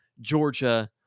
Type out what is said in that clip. Georgia